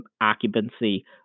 occupancy